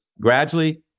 Gradually